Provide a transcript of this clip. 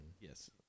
Yes